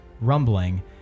rumbling